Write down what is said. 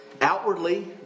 Outwardly